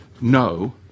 no